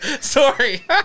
Sorry